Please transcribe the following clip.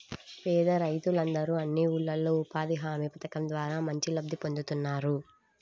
పేద రైతులందరూ అన్ని ఊర్లల్లో ఉపాధి హామీ పథకం ద్వారా మంచి లబ్ధి పొందుతున్నారు